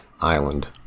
island